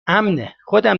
امنهخودم